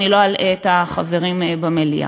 אני לא אלאה את החברים במליאה.